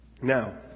Now